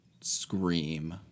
scream